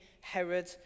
Herod